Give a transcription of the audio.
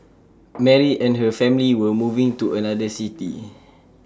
Mary and her family were moving to another city